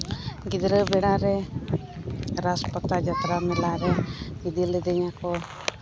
ᱜᱤᱫᱽᱨᱟᱹ ᱵᱮᱲᱟᱨᱮ ᱨᱟᱥᱯᱟᱛᱟ ᱡᱟᱛᱨᱟ ᱢᱮᱞᱟ ᱨᱮ ᱤᱫᱤ ᱞᱤᱫᱤᱧᱟ ᱠᱚ